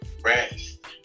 rest